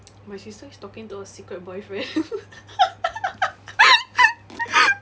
my sister is talking to her secret boyfriend